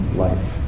life